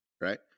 right